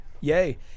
yay